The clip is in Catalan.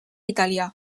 italià